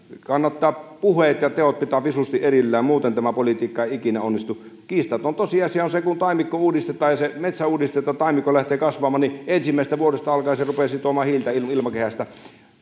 kannattaa puheet ja teot pitää visusti erillään muuten tämä politiikka ei ikinä onnistu kiistaton tosiasia on se että kun taimikko uudistetaan ja se metsä uudistetaan jotta taimikko lähtee kasvamaan niin ensimmäisestä vuodesta alkaen se rupeaa sitomaan hiiltä ilmakehästä